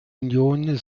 union